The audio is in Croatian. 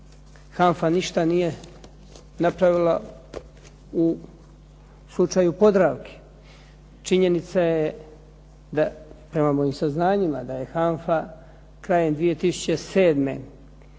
HANFA ništa nije napravila u slučaju "Podravke". Činjenica je da, prema mojim saznanjima, da je HANFA krajem 2007.